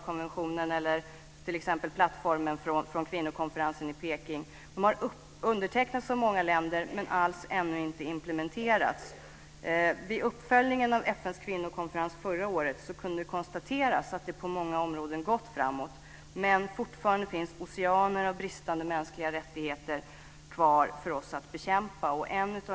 konventionen eller t.ex. plattformen från kvinnokonferensen i Peking har undertecknats av många länder men ännu inte implementerats. Vid uppföljningen av FN:s kvinnokonferens förra året kunde det konstateras att det har gått framåt på många områden. Men fortfarande finns oceaner av brist på mänskliga rättigheter kvar för oss att bekämpa.